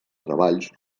treballs